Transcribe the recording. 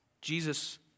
Jesus